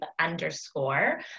underscore